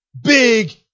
big